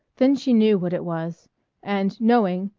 then she knew what it was and, knowing,